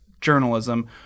journalism